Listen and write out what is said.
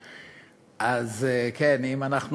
כן, הבנתי שאתה לא מתכוון להתעמק בו.